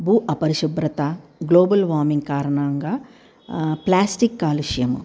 భూ అపరిశుభ్రత global warming కారణంగా ప్లాస్టిక్ కాలుష్యము